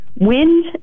wind